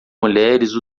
mulheres